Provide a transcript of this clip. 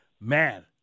Man